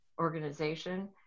organization